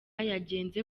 yagenze